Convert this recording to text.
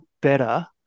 better